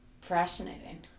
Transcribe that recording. Fascinating